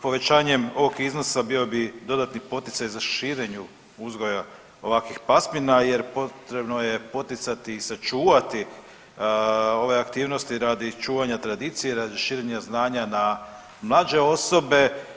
Povećanjem ovog iznosa bio bi dodatan poticaj za širenje uzgoja ovakvih pasmina jer potrebno je poticati i sačuvati ove aktivnosti radi čuvanja tradicije i radi širenja znanja na mlađe osobe.